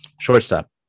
Shortstop